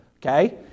Okay